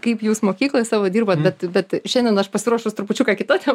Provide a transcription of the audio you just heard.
kaip jūs mokykloj savo dirbat bet bet šiandien aš pasiruošus trupučiuką kita tema